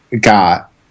got